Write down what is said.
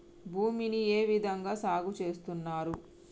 భూమిని ఏ విధంగా సాగు చేస్తున్నారు?